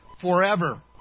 forever